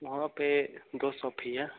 वहाँ पर दो सौ फी है